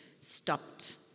stopped